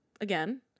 again